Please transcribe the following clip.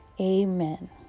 amen